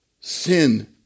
sin